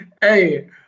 Hey